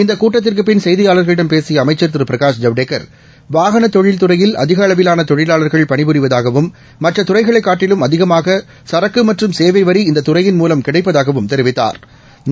இந்தகூட்டத்திற்குபின் செய்தியாளர்களிடம் பேசியஅமைச்சர் பிரகாஷ் ஜவ்டேகா் வாகனதொழில்துறையில் அதிகஅளவிலானதொழிலாளா்கள் பணிபுரிவதாகவும் திரு மற்றதுறைகளைகாட்டிலும் அதிகமாகரக்குமற்றும் சேவைவரி இந்ததுறையின் மூலம் கிடைப்பதாகவும் தெரிவித்தாா்